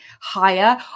higher